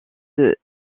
des